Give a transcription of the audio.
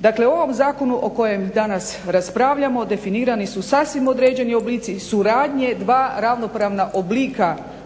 Dakle, u ovom Zakonu o kojem danas raspravljamo definirani su sasvim određeni oblici suradnje dva ravnopravna oblika